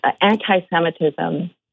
anti-Semitism